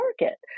market